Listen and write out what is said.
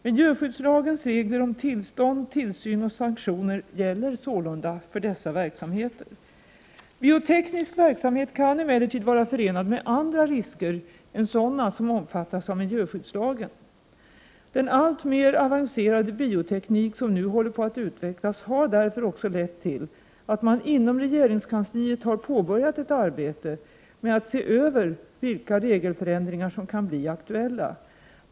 Miljöskyddslagens regler om tillstånd, tillsyn och sanktioner gäller sålunda för dessa verksamheter. Bioteknisk verksamhet kan emellertid vara förenad med andra risker än sådana som omfattas av miljöskyddslagen. Den alltmer avancerade bioteknik som nu håller på att utvecklas har därför också lett till att man inom regeringskansliet har påbörjat ett arbete med att se över vilka regelförändringar som kan bli aktuella.